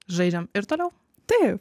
žaidžiam ir toliau taip